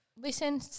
listen